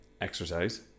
Exercise